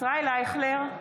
(קוראת בשמות חברי הכנסת) ישראל אייכלר,